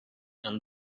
and